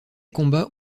combats